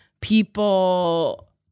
people